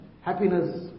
happiness